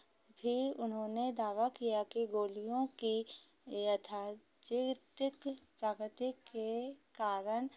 भी उन्होंने दावा किया कि गोलियों की यादृच्छिक प्रकृति के कारण